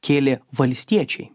kėlė valstiečiai